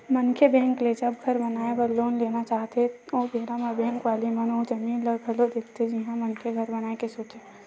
मनखे बेंक ले जब घर बनाए बर लोन लेना चाहथे ओ बेरा म बेंक वाले मन ओ जमीन ल घलो देखथे जिहाँ मनखे घर बनाए के सोचे हे